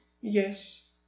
Yes